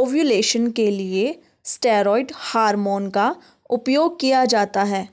ovulation के लिए steroid hormone का उपयोग किया जाता है